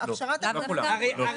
בסדר, אבל עכשיו את עושה חוק.